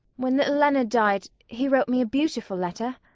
when little leonard died he wrote me a beautiful letter.